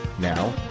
Now